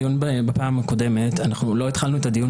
בדיון בפעם הקודמת - לא התחלנו את הדיון